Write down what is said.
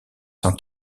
sans